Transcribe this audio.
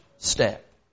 step